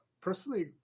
personally